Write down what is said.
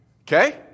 Okay